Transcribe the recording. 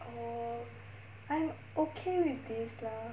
err I am okay with this lah